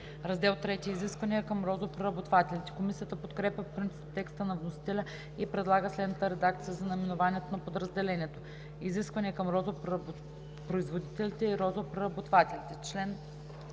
„Раздел IІІ – Изисквания към розопреработвателите“. Комисията подкрепя по принцип текста на вносителя и предлага следната редакция за наименованието на подразделението: „Изисквания към розопроизводителите и розопреработвателите“.